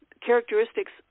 characteristics